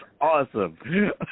awesome